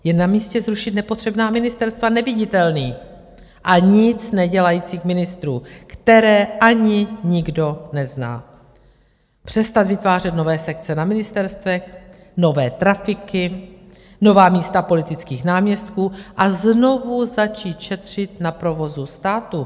Je namístě zrušit nepotřebná ministerstva neviditelných a nic nedělajících ministrů, které ani nikdo nezná, přestat vytvářet nové sekce na ministerstvech, nové trafiky, nová místa politických náměstků a znovu začít šetřit na provozu státu.